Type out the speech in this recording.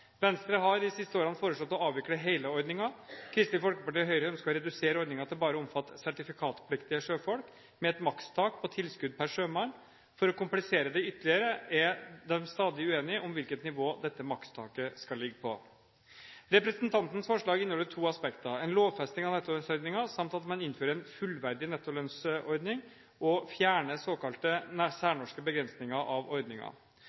Venstre har de siste årene foreslått å avvikle hele ordningen. Kristelig Folkeparti og Høyre ønsker å redusere ordningen til bare å omfatte sertifikatpliktige sjøfolk, med et makstak på tilskudd per sjømann. For å komplisere dette ytterligere er de stadig uenige om hvilket nivå dette makstaket skal ligge på. Representantenes forslag inneholder to aspekter: en lovfesting av nettolønnsordningen samt at man innfører en «fullverdig nettolønnsordning» og fjerner såkalte særnorske begrensninger av